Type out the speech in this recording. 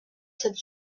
cette